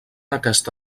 aquesta